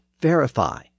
verify